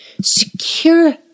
Secure